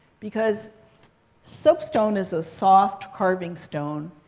because soapstone is a soft carving stone.